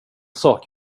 sak